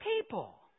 people